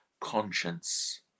conscience